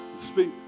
speak